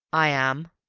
i am.